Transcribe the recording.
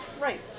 Right